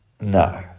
No